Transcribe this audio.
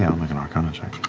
um like an arcana check.